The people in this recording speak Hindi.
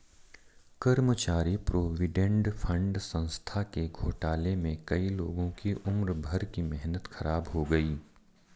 कर्मचारी प्रोविडेंट फण्ड संस्था के घोटाले में कई लोगों की उम्र भर की मेहनत ख़राब हो गयी